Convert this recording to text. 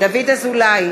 דוד אזולאי,